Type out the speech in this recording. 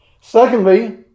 Secondly